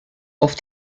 auf